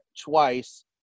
twice